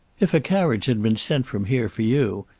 if a carriage had been sent from here for you,